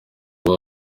uba